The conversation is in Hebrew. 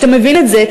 כשאתה מבין את זה,